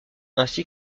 ainsi